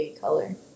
color